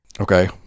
Okay